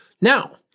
Now